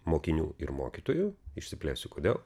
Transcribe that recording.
mokinių ir mokytojų išsiplėsiu kodėl